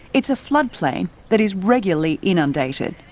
it's a flood plain that is regularly inundated.